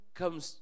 comes